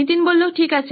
নীতিন ঠিক আছে